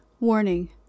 Warning